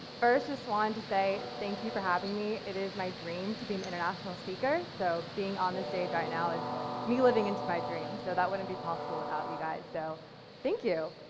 first just wanted to say thank you for having me, it is my dream to be an international speaker, so being on this stage right now is me living into my dream, so that wouldn't be possible without you guys, so thank you.